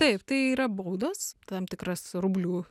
taip tai yra baudos tam tikras rublių